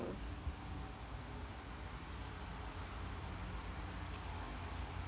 bubbles